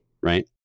right